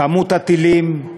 כמות הטילים,